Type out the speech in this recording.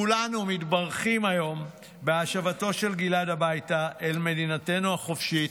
כולנו מתברכים היום בהשבתו של גלעד הביתה אל מדינתנו החופשית,